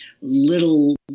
little